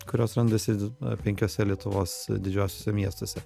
kurios randasi penkiuose lietuvos didžiuosiuose miestuose